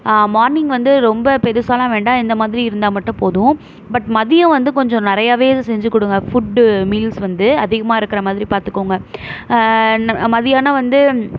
morning வந்து ரொம்ப பெருசாலாம் வேண்டாம் இந்த மாதிரி இருந்தால் மட்டும் போதும் பட் மதியம் வந்து கொஞ்சம் நிறையாவே இது செஞ்சு கொடுங்க ஃபுட்டு மீல்ஸ் வந்து அதிகமாக இருக்கிற மாதிரி பார்த்துக்கோங்க மதியானம் வந்து